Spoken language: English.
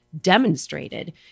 demonstrated